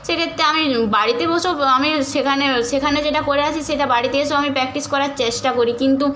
সেক্ষেত্রে আমি বাড়িতে বসেও আমি সেখানে সেখানে যেটা করে আসি সেটা বাড়িতে এসেও আমি প্র্যাকটিস করার চেষ্টা করি কিন্তু